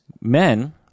men